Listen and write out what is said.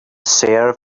serve